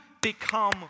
become